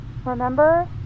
Remember